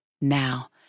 Now